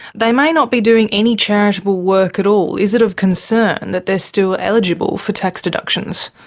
they may not be doing any charitable work at all. is it of concern that they're still eligible for tax deductions?